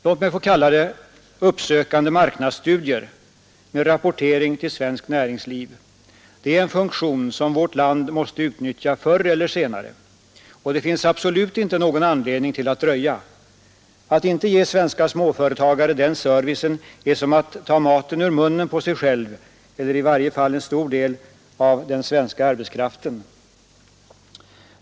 Låt mig få kalla det ”uppsökande marknadsstudier” med rapportering till svenskt näringsliv. Det är en funktion som vårt land måste utnyttja förr eller senare. Och det finns absolut inte någon anledning att dröja. Att inte ge svenska småföretagare den servicen är som att ta maten ur munnen på sig själv — eller i varje fall en stor del av den svenska arbetskraften.